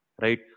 right